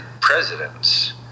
presidents